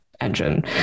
engine